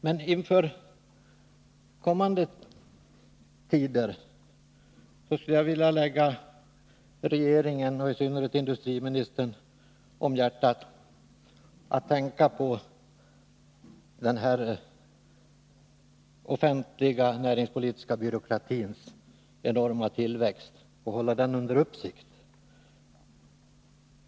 Men inför kommande tider skulle jag vilja lägga regeringen och i synnerhet industriministern på hjärtat att tänka på den enorma tillväxten hos den offentliga näringspolitiska byråkratin och hålla den under uppsikt.